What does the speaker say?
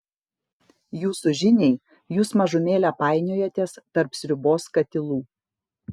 jūsų žiniai jūs mažumėlę painiojatės tarp sriubos katilų